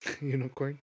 Unicorn